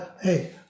Hey